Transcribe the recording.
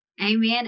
Amen